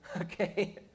okay